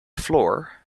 floor